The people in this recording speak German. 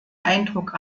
eindruck